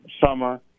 summer